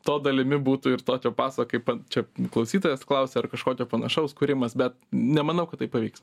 to dalimi būtų ir tokio paso kaip čia klausytojas klausia ar kažkokio panašaus kūrimas bet nemanau kad tai pavyks